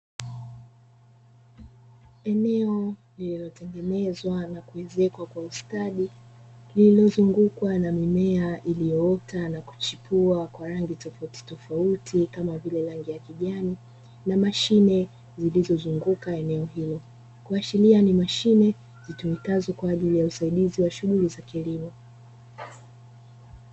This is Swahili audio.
Eneo lililotengenezwa na kuezekwa kwa ustadi iliyozungukwa na mimea, iliyoota na kuchipua kwa rangi tofautitofauti kama vile rangi ya kijani na mashine zilizozunguka eneo hilo, kuashiria ni mashine zitumikazo kwa ajili ya shughuli za kilimo.